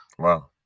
Wow